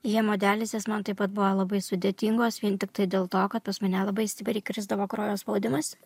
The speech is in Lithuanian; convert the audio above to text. hemodializės man taip pat buvo labai sudėtingos vien tiktai dėl to kad pas mane labai stipriai krisdavo kraujo spaudimas